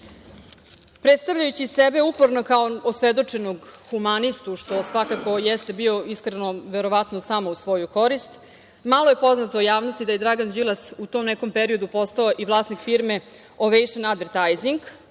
evra. Predstavljajući sebe uporno kao osvedočenog humanistu, što svakako jeste bio iskreno, verovatno, samo u svoju korist, malo je poznato javnosti da je Dragan Đilas u tom nekom periodu postao i vlasnik firme „Ovejšn advertajzing“